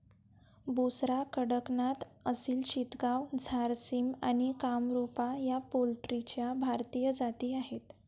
बुसरा, कडकनाथ, असिल चितगाव, झारसिम आणि कामरूपा या पोल्ट्रीच्या भारतीय जाती आहेत